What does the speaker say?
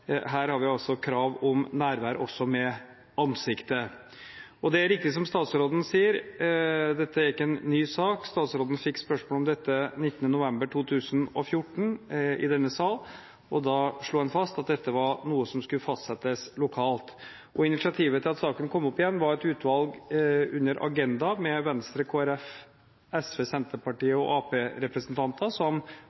her har vi altså krav om nærvær også av ansiktet. Det er riktig som statsråden sier – dette er ikke en ny sak. Statsråden fikk spørsmål om dette 19. november 2014 i denne sal, og da slo han fast at dette var noe som skulle fastsettes lokalt. Initiativet til at saken kom opp igjen, var ved et utvalg under Agenda, med representanter fra Venstre, Kristelig Folkeparti, SV, Senterpartiet